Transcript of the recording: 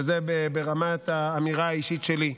וזה ברמת האמירה האישית שלי,